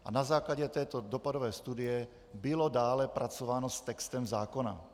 A na základě této dopadové studie bylo dále pracováno s textem zákona.